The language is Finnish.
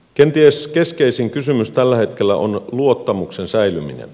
kenties keskeisin kysymys tällä hetkellä on luottamuksen säilyminen